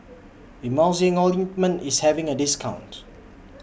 Emulsying Ointment IS having A discount